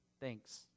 thanks